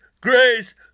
grace